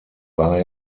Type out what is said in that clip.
war